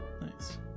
Nice